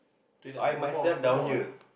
itu no more no more what